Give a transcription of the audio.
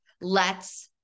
lets